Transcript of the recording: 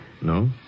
No